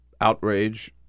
outrage